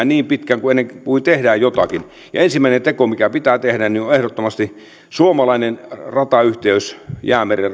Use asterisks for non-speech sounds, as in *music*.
*unintelligible* niin pitkään ennen kuin tehdään jotakin ensimmäinen teko mikä pitää tehdä on on ehdottomasti suomalainen ratayhteys jäämeren *unintelligible*